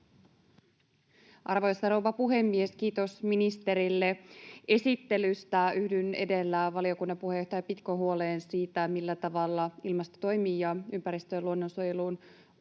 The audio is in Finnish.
Arvoisa rouva puhemies! Kiitos ministerille esittelystä. Yhdyn valiokunnan puheenjohtaja Pitkon huoleen siitä, millä tavalla ilmastotoimiin ja ympäristön- ja luonnonsuojeluun